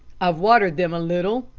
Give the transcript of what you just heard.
i've watered them a little,